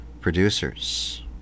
producers